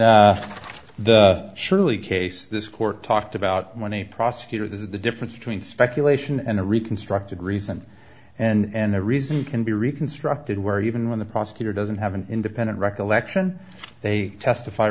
in the surely case this court talked about when a prosecutor this is the difference between speculation and a reconstructed recent and the reason can be reconstructed where even when the prosecutor doesn't have an independent recollection they testify